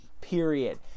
period